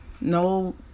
no